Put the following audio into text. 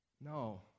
No